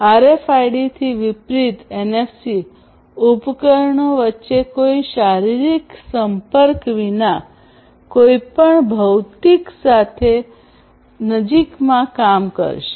આરએફઆઇડીથી વિપરીત એનએફસી ઉપકરણો વચ્ચે કોઈ શારીરિક સંપર્ક વિના કોઈપણ ભૌતિક સાથે નજીકમાં કામ કરશે